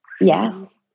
Yes